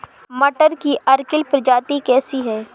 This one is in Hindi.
मटर की अर्किल प्रजाति कैसी है?